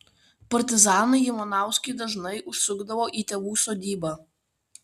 partizanai ivanauskai dažnai užsukdavo į tėvų sodybą